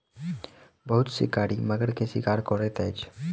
बहुत शिकारी मगर के शिकार करैत अछि